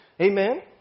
Amen